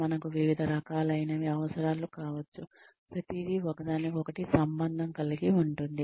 మనకు వివిధ రకాలు అయినవి అవసరం కావచ్చు ప్రతిదీ ఒకదానికొకటి సంబంధం కలిగి ఉంటుంది